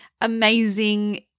amazing